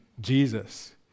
Jesus